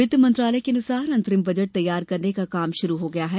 वित्त मंत्रालय के अनुसार अंतरिम बजट तैयार करने का काम शुरू हो गया है